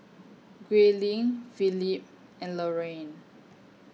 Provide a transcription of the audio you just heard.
Grayling Philip and Laraine